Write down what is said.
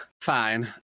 fine